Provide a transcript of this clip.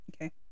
Okay